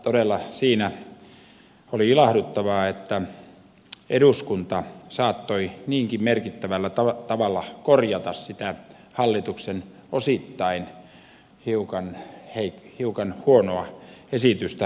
todella siinä oli ilahduttavaa että eduskunta saattoi niinkin merkittävällä tavalla korjata sitä hallituksen osittain hiukan huonoa esitystä